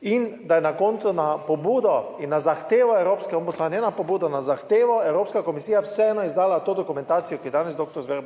in da je na koncu na pobudo in na zahtevo evropske ombudsman na pobudo na zahtevo Evropska komisija vseeno izdala to dokumentacijo, ki jo je danes doktor Zver